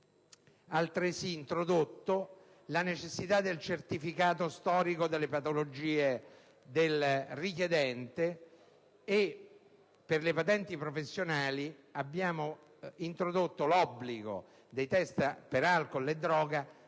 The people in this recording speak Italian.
altresì introdotto la necessità del certificato storico delle patologie del richiedente. Per le patenti professionali abbiamo introdotto l'obbligo dei test di alcol e droga